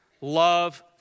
love